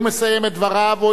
הואיל ואין הסתייגויות,